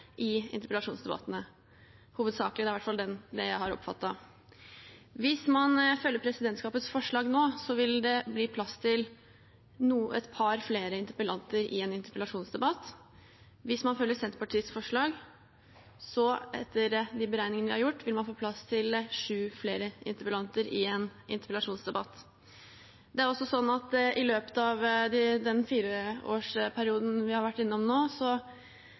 i interpellasjonsdebattene, det er i hvert fall det jeg har oppfattet. Hvis man følger presidentskapets forslag, vil det bli plass til et par flere talere i en interpellasjonsdebatt. Hvis man følger Senterpartiets forslag, vil man etter de beregningene vi har gjort, få plass til sju flere talere i en interpellasjonsdebatt. Det er også sånn at i løpet av den fireårsperioden vi har vært gjennom nå,